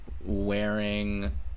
wearing